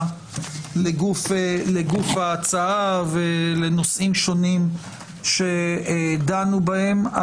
לגוף ההצעה ולנושאים שונים שדנו בהם.